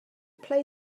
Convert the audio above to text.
play